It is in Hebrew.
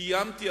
קיימתי,